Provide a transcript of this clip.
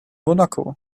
monaco